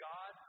God